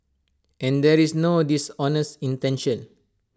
and there is no dishonest intention